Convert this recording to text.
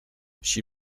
she